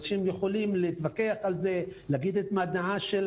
אנשים יכולים להתווכח על זה, להגיד את דעתם,